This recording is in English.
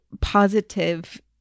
positive